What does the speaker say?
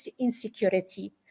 insecurity